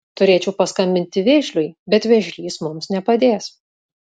turėčiau paskambinti vėžliui bet vėžlys mums nepadės